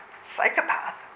psychopath